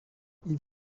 ils